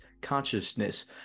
consciousness